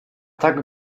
tak